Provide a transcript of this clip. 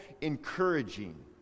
encouraging